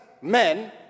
men